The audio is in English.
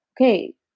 Okay